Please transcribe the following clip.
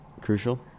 crucial